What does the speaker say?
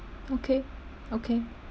okay okay